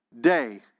day